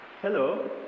Hello